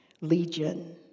legion